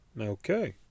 Okay